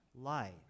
light